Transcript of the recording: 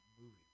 movie